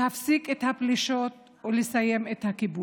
להפסיק את הפלישות ולסיים את הכיבוש.